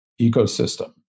ecosystem